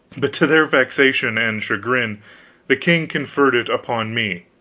but to their vexation and chagrin the king conferred it upon me,